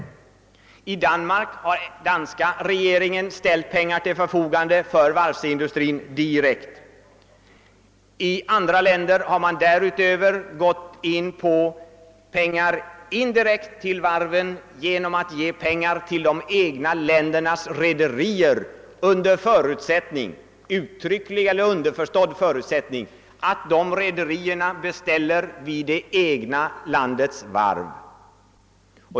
I Danmark har danska regeringen på liknande sätt ställt pengar till förfogande för varven direkt. I andra länder har man därutöver gått in för att ge pengar indirekt till varven genom att ge pengar till de egna länder nas rederier under uttrycklig eller underförstådd förutsättning att dessa rederier beställer hos det egna landets varv.